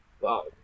Wow